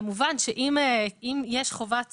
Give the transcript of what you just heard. כמובן שאם יש חובת